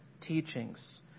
teachings